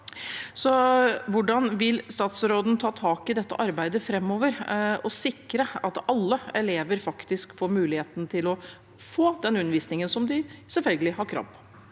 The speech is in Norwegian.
Hvordan vil statsråden ta tak i dette arbeidet framover og sikre at alle elever faktisk får muligheten til å få den undervisningen som de selvfølgelig har krav på?